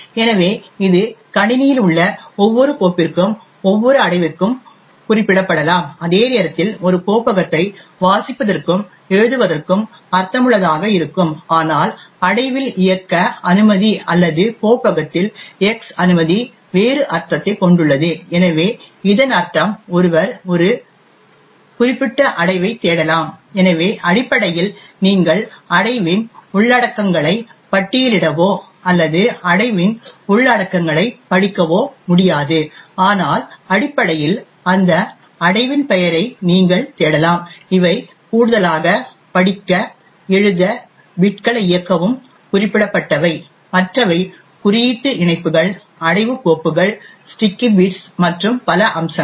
எனவே இது கணினியில் உள்ள ஒவ்வொரு கோப்பிற்கும் ஒவ்வொரு அடைவுக்கும் குறிப்பிடப்படலாம் அதே நேரத்தில் ஒரு கோப்பகத்தை வாசிப்பதற்கும் எழுதுவதற்கும் அர்த்தமுள்ளதாக இருக்கும் ஆனால் அடைவில் இயக்க அனுமதி அல்லது கோப்பகத்தில் X அனுமதி வேறு அர்த்தத்தைக் கொண்டுள்ளது எனவே இதன் அர்த்தம் ஒருவர் ஒரு குறிப்பிட்ட அடைவைத் தேடலாம் எனவே அடிப்படையில் நீங்கள் அடைவின் உள்ளடக்கங்களை பட்டியலிடவோ அல்லது அடைவின் உள்ளடக்கங்களைப் படிக்கவோ முடியாது ஆனால் அடிப்படையில் அந்த அடைவின் பெயரை நீங்கள் தேடலாம் இவை கூடுதலாக படிக்க எழுத பிட்களை இயக்கவும் குறிப்பிடப்பட்டவை மற்றவை குறியீட்டு இணைப்புகள் அடைவு கோப்புகள் ஸ்டிக்கி பிட்கள் மற்றும் பல அம்சங்கள்